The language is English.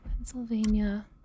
Pennsylvania